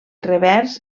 revers